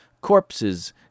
corpses